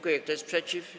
Kto jest przeciw?